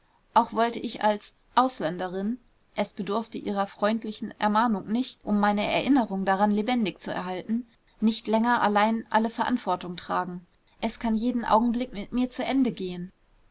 auch wollte ich als ausländerin es bedurfte ihrer freundlichen ermahnung nicht um meine erinnerung daran lebendig zu erhalten nicht länger allein alle verantwortung tragen es kann jeden augenblick mit mir zu ende gehen